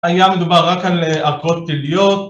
היה מדובר רק על ארכאות פליליות